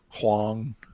Huang